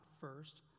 first